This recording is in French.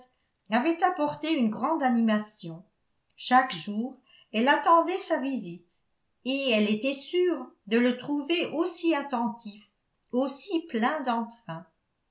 randalls avait apporté une grande animation chaque jour elle attendait sa visite et elle était sûre de le trouver aussi attentif aussi plein d'entrain